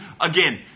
Again